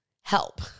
Help